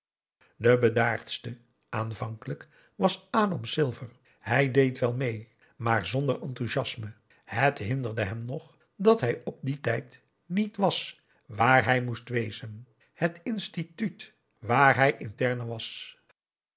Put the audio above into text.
de bedaardste aanvankelijk was adam silver hij deed wel mee maar zonder enthousiasme het hinderde hem nog dat hij op dien tijd niet was waar hij moest wezen het instituut waar hij interne was